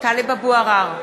טלב אבו עראר,